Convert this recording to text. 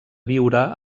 viure